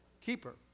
Keeper